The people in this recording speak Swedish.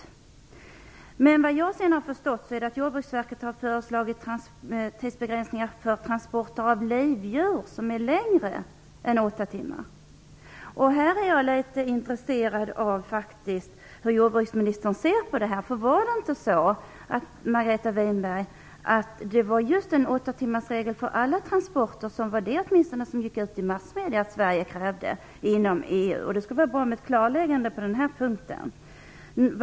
Enligt vad jag har förstått har Jordbruksverket föreslagit tidsbegränsningar för transporter av livdjur på mer än åtta timmar. Här är jag litet intresserad av hur jordbruksministern ser på det. Var det inte så, Margareta Winberg, att det var just en åttatimmarsregel för alla transporter - det var åtminstone vad som gick ut i massmedierna - som Sverige krävde inom EU? Det skulle vara bra med ett klarläggande på den punkten.